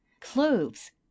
cloves